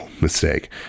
mistake